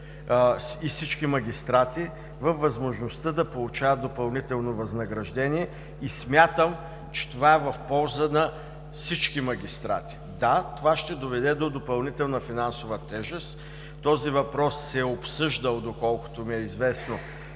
съдии и магистрати във възможността да получават допълнително възнаграждение и смятам, че това е в полза на всички магистрати. Да, това ще доведе до допълнителна финансова тежест. Този въпрос се е обсъждал, доколкото ми е известно,